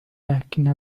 لكن